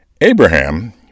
Abraham